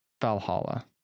Valhalla